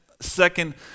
second